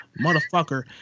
motherfucker